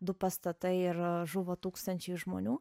du pastatai ir žuvo tūkstančiai žmonių